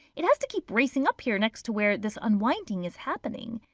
it has to keep racing up here next to where this unwinding is happening.